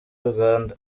uganda